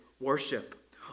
worship